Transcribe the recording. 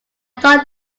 thought